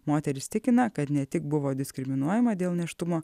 moteris tikina kad ne tik buvo diskriminuojama dėl nėštumo